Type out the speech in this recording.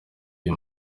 uyu